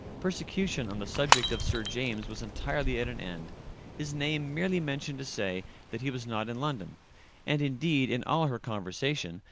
persecution on the subject of sir james was entirely at an end his name merely mentioned to say that he was not in london and indeed, in all her conversation,